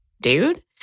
dude